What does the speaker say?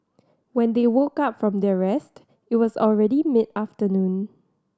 when they woke up from their rest it was already mid afternoon